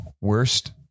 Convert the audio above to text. Worst